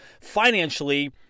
financially